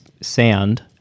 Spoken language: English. sand